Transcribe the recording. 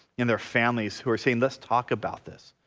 and their families who are saying let's talk about this.